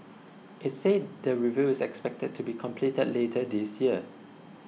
it said the review is expected to be completed later this year